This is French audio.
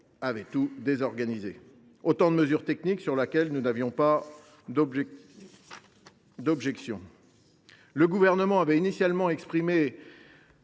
a tout désorganisé. Autant de mesures techniques, sur lesquelles nous n’avions pas d’objections. Le Gouvernement avait initialement exprimé